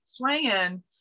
plan